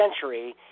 century